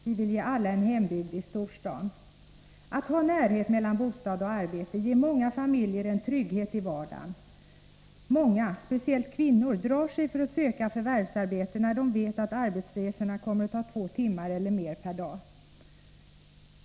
Vi vill ge alla en hembygd i storstaden. Att ha närhet mellan bostad och arbete ger många familjer en trygghet i 123 vardagen. Många — speciellt kvinnor — drar sig för att söka förvärvsarbete, när de vet att arbetsresorna kommer att ta två timmar eller mer per dag.